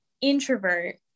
introvert